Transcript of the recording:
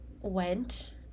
went